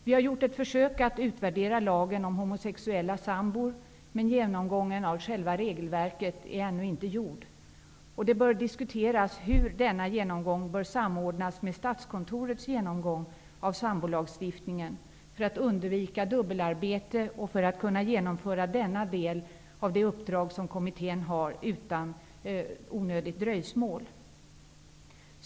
Vi har gjort ett försök att utvärdera lagen om homosexuella sambor, men genomgången av själva regelverket är ännu inte gjord. Det bör diskuteras hur denna genomgång bör samordnas med Statskontorets genomgång av sambolagstiftningen, för att undvika dubbelarbete och för att kunna genomföra denna del av det uppdrag som kommittén har utan onödigt dröjsmål.